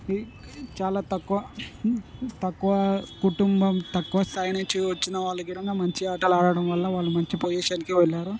చాలా తక్కువ తక్కువ కుటుంబం తక్కువ స్థాయి నుంచి వచ్చిన వాళ్ళకి కుడా మంచి ఆటలు ఆడటం వల్ల వాళ్ళు మంచి పొజిషన్లోకి వెళ్ళారు